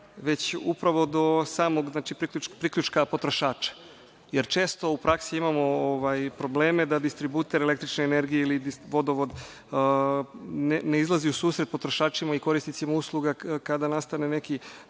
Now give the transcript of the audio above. već upravo do samog priključka potrošača, jer često u praksi imamo probleme da distributer električne energije ili vodovod ne izlazi u susret potrošačima i korisnicima usluga kada nastane neki